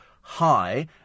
high